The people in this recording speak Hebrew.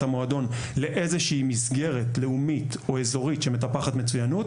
המועדון לאיזושהי לאומית שמטפחת מצוינות,